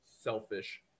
selfish